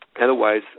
Otherwise